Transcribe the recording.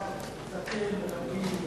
אתה עושה נכון כי אתה זקן ומכיר,